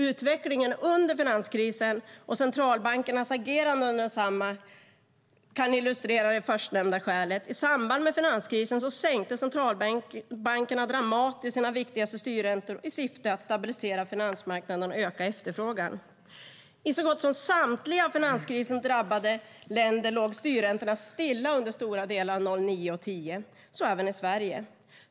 Utvecklingen under finanskrisen och centralbankernas agerande under densamma kan illustrera det förstnämnda skälet. I samband med finanskrisen sänkte centralbankerna dramatiskt sina viktigaste styrräntor i syfte att stabilisera finansmarknaderna och öka efterfrågan. I så gott som samtliga av finanskrisen drabbade länder låg styrräntorna stilla under stora delar av 2009 och 2010, så även i Sverige.